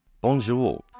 Bonjour